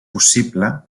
possible